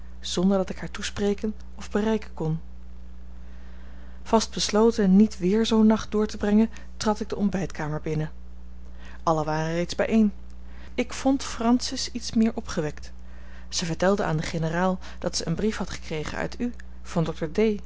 zonder dat ik haar toespreken of bereiken kon vast besloten niet weer zoo'n nacht door te brengen trad ik de ontbijtkamer binnen allen waren reeds bijeen ik vond francis iets meer opgewekt zij vertelde aan den generaal dat zij een brief had gekregen uit u van dr